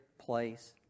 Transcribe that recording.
place